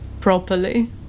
Properly